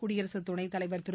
குடியரசுதுணைத் தலைவர் திரு